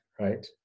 right